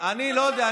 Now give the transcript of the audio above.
אני לא יודע,